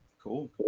Cool